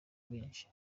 benshi